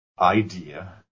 idea